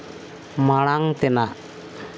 ᱢᱟᱲᱟᱝ ᱛᱮᱱᱟᱜ